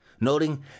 Noting